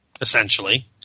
essentially